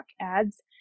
ads